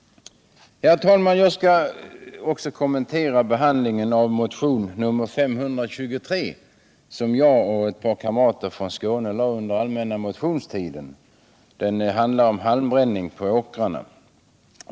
Herr talman! Jag skall också kommentera behandlingen av motionen 523, som jag och ett par partikamrater från Skåne väckte under den allmänna motionstiden. Den handlar om halmbränning på åkrarna.